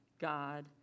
God